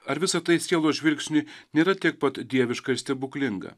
ar visa tai sielos žvilgsniui nėra tiek pat dieviška ir stebuklinga